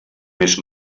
més